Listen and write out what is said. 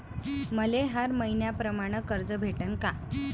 मले हर मईन्याप्रमाणं कर्ज भेटन का?